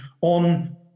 on